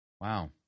Wow